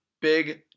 big